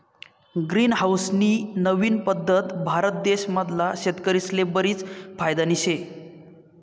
green house नी नवीन पद्धत भारत देश मधला शेतकरीस्ले बरीच फायदानी शे